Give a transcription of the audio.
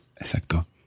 Exacto